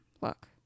look